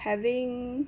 having